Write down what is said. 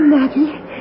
Maggie